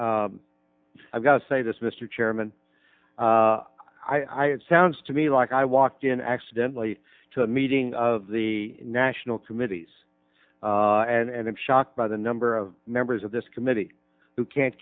i've got to say this mr chairman i have sounds to me like i walked in accidentally to a meeting of the national committees and i'm shocked by the number of members of this committee who can't